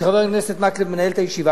כשחבר הכנסת מקלב מנהל את הישיבה.